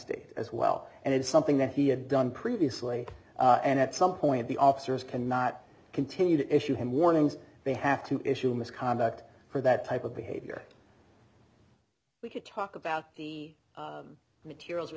day as well and it is something that he had done previously and at some point the officers cannot continue to issue him warnings they have to issue misconduct for that type of behavior we could talk about the materials